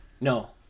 No